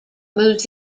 moves